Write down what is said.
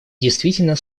действительно